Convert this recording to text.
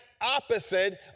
opposite